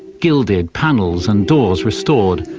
gilded panels and doors restored,